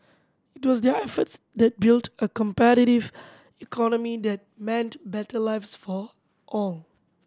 it was their efforts that built a competitive economy that meant better lives for all